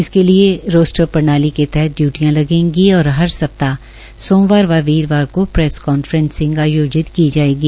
इसके लिए रोस्टर प्रणाली के तहत ड्युटियां लगेंगी और हर सप्ताह सोमवार व वीरवार को प्रेस कांफ्रेंस आयोजित की जाएंगी